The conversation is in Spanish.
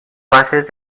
bases